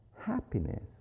happiness